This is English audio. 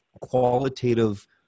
qualitative